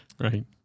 right